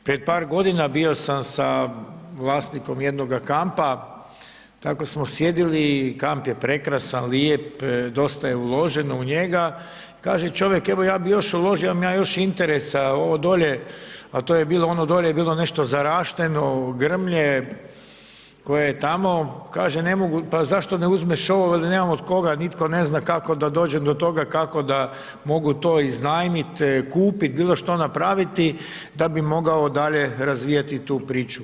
Pred par godina bio sam sa vlasnikom jednoga kampa, tako smo sjedili, kamp je prekrasan, lijep, dosta je uloženo u njega, kaže čovjek, evo ja bih još uložio, imam ja još interesa, ovo dolje, a to je bilo ono dolje bilo nešto zarašteno, grmlje, koje je tamo, kaže ne mogu, pa zašto ne uzmeš ovo, veli nemam od koga, nitko ne znam kako da dođem do toga, kako da mogu to iznajmiti, kupiti, bilo što napraviti, da bi mogao dalje razvijati tu priču.